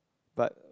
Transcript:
but